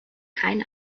kein